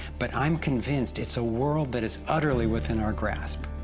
but i'm convinced it's a world that is utterly within our grasp.